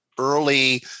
early